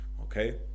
okay